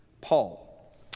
Paul